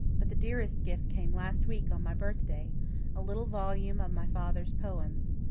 but the dearest gift came last week on my birthday a little volume of my father's poems.